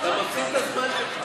אתה מפסיד את הזמן שלך.